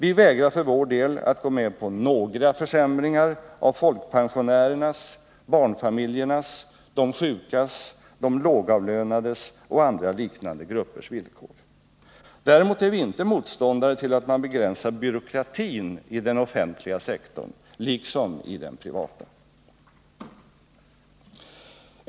Vi vägrar för vår del att gå med på några försämringar av folkpensionärernas, barnfamiljernas, de sjukas, de lågavlönades och andra liknande gruppers villkor. Däremot är vi inte motståndare till att man begränsar byråkratin i den offentliga sektorn liksom i den privata.